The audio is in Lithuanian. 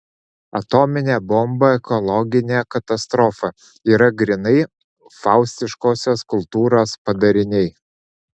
atominė bomba ekologinė katastrofa yra grynai faustiškosios kultūros padariniai